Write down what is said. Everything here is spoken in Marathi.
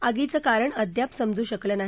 आगीचं कारण अद्याप समजू शकलं नाही